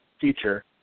feature